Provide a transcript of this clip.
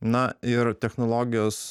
na ir technologijos